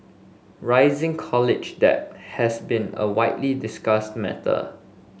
rising college debt has been a widely discussed matter